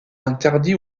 interdit